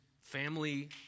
family